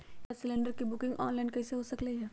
Gas cylinder के booking online कईसे हो सकलई ह?